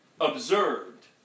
observed